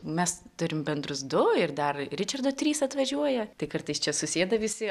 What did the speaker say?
mes turim bendrus du ir dar ričardo trys atvažiuoja tai kartais čia susėda visi